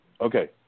okay